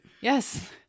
Yes